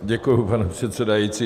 Děkuji, pane předsedající.